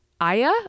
Aya